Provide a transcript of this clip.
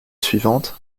suivante